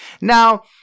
Now